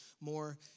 more